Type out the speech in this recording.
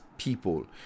people